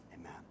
amen